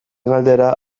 galdera